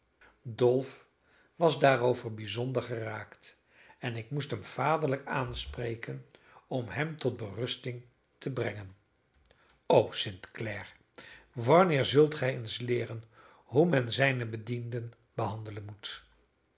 dolf was daarover bijzonder geraakt en ik moest hem vaderlijk aanspreken om hem tot berusting te brengen o st clare wanneer zult gij eens leeren hoe men zijne bedienden behandelen moet